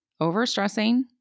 overstressing